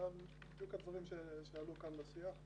בדיוק הדברים שעלו כאן בשיח,